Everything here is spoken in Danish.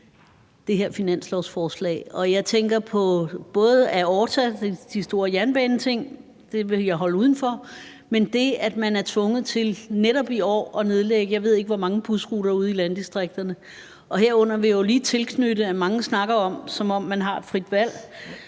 det her finanslovsforslag? Aorta, de store jernbaneruter, vil jeg holde udenfor. Jeg tænker på det, at man er tvunget til netop i år at nedlægge, jeg ved ikke hvor mange busruter ude i landdistrikterne. Til det vil jeg lige knytte, at mange snakker om det, som om man har et frit valg,